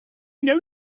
know